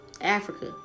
Africa